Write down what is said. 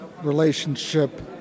relationship